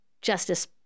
justice